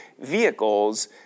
vehicles